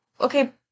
okay